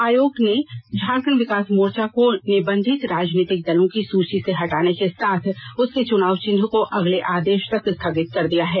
आयोग ने झारखंड विकास मोर्चा को निबंधित राजनीतिक दलों की सूची से हटाने के साथ उसके चुनाव चिन्ह को अगले आदेश तक स्थगित कर दिया है